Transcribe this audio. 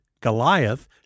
Goliath